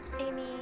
Amy